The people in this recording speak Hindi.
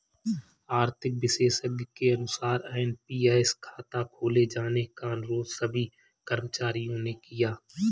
आर्थिक विशेषज्ञ के अनुसार एन.पी.एस खाता खोले जाने का अनुरोध सभी कर्मचारियों ने किया